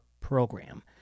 program